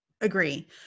Agree